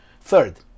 Third